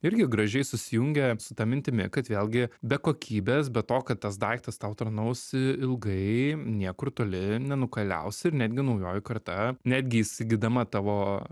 irgi gražiai susijungia su ta mintimi kad vėlgi be kokybės be to kad tas daiktas tau tarnaus ilgai niekur toli nenukeliausi ir netgi naujoji karta netgi įsigydama tavo